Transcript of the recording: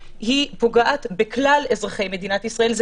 פוגעת בכלל אזרחי מדינת ישראל.